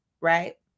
right